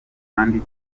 kandi